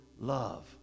love